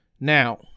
Now